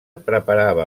preparava